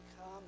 come